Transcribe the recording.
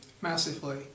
Massively